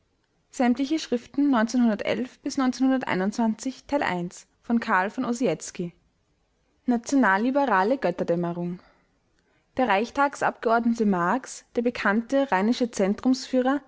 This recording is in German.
nationalliberale götterdämmerung der reichstagsabgeordnete marx der bekannte